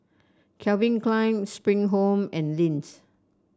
Calvin Klein Spring Home and Lindt